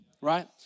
right